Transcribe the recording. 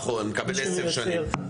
נכון, שיקבל עשר שנים.